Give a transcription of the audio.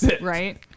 Right